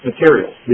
materials